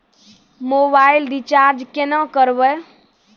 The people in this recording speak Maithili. मोबाइल रिचार्ज केना करबै?